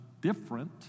different